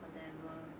whatever